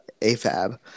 AFAB